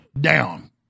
down